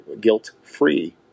guilt-free